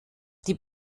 die